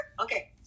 Okay